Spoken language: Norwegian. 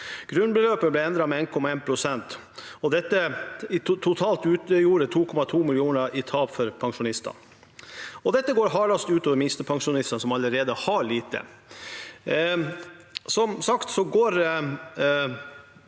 Grunnbeløpet ble endret med 1,1 pst. Dette utgjorde totalt 2,2 mrd. kr i tap for pensjonistene. Dette går hardest ut over minstepensjonistene, som allerede har lite.